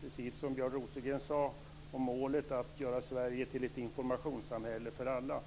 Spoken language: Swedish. precis som Björn Rosengren sade, om målet att göra Sverige till ett informationssamhälle för alla.